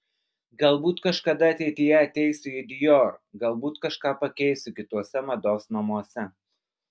galbūt kažkada ateityje ateisiu į dior galbūt kažką pakeisiu kituose mados namuose